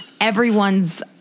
Everyone's